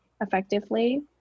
effectively